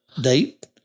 date